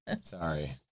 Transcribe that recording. Sorry